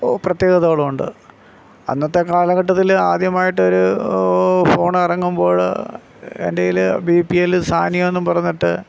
പ്രത്യേകതകളുണ്ട് അന്നത്തെ കാലഘട്ടത്തിൽ ആദ്യമായിട്ടൊരു ഫോൺ ഇറങ്ങുമ്പോൾ എൻറ്റേൽ ബി പി എൽ സാനിയാന്നും പറഞ്ഞിട്ട്